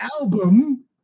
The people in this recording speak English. album